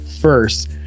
first